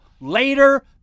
later